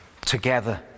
together